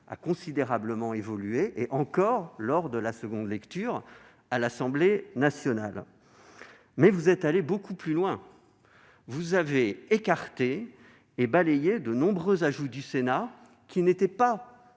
de son premier examen, et encore lors de la nouvelle lecture à l'Assemblée nationale. Mais vous êtes allés beaucoup plus loin. Vous avez écarté et balayé de nombreux ajouts du Sénat, qui n'étaient pas